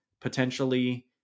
potentially